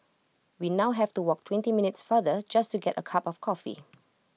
we now have to walk twenty minutes farther just to get A cup of coffee